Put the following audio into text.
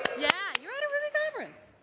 yeah, you're at a ruby conference!